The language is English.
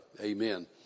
amen